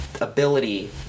ability